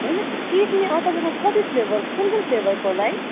होइन के के नि अँ तपाईँको कति फ्लेभर कुन कुन फ्लेभरको होला है